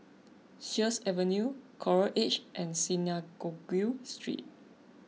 Sheares Avenue Coral Edge and Synagogue Street